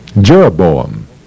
Jeroboam